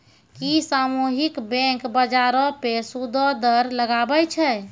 कि सामुहिक बैंक, बजारो पे सूदो दर लगाबै छै?